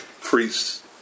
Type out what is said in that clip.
priests